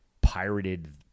pirated